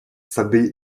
сады